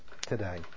today